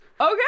Okay